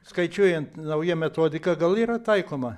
skaičiuojant nauja metodika gal yra taikoma